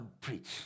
preach